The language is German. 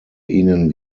ihnen